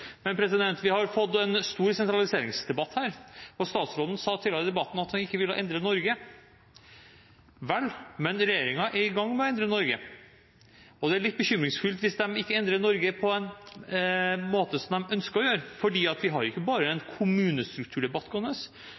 Men vi har fått en stor sentraliseringsdebatt her, og statsråden sa tidligere i debatten at han ikke ville endre Norge. Vel, men regjeringen er i gang med å endre Norge, og det er litt bekymringsfullt hvis den ikke endrer Norge på en måte som den ønsker å gjøre. For vi har ikke bare en kommunestrukturdebatt gående,